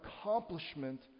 accomplishment